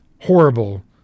horrible